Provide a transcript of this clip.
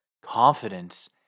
confidence